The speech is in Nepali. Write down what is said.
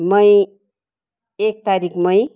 मई एक तारिक मई